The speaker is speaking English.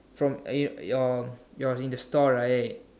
from uh your your in the store right